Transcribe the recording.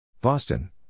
Boston